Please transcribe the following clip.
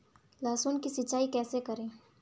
लहसुन की सिंचाई कैसे करें?